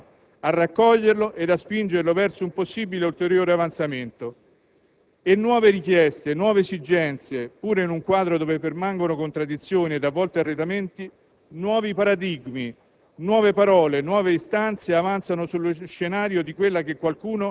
Dentro quel gorgo siamo a cogliere ogni elemento di positiva novità, a raccoglierlo ed a spingerlo verso un possibile ulteriore avanzamento. Nuove richieste e nuove esigenze, pure in un quadro dove permangono contraddizioni ed a volte arretramenti, nuovi paradigmi,